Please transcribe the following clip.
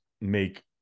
make